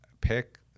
pick